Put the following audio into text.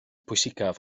pwysicaf